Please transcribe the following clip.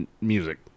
music